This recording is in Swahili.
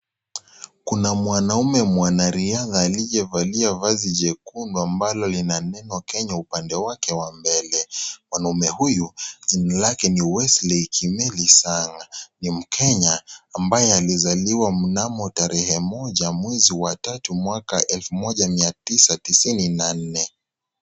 Kuna mwanaume mwanariadha aliyevalia vazi jekundu ambalo lina neno kenya upande wake wa mbele. Mwamaume huyu jina lake ni Wesley Kimeli Sang ni mkenya ambaye alizaliwa mnamo tarehe moja mwezi wa tatu mwaka wa elfu moja mia tisa tisini na nne.